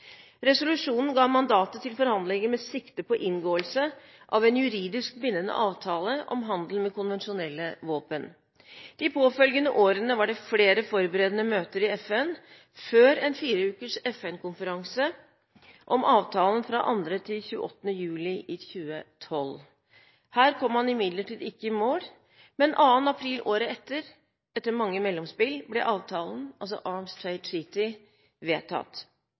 Resolusjonen ga mandatet til forhandlinger med sikte på inngåelse av en juridisk bindende avtale om handel med konvensjonelle våpen. De påfølgende årene var det flere forberedende møter i FN før en fireukers FN-konferanse om avtalen 2.–28. juli 2012. Her kom man imidlertid ikke i mål. Men 2. april året etter, etter mange mellomspill, ble avtalen – Arms Trade Treaty – vedtatt.